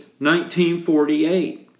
1948